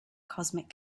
cosmic